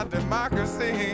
democracy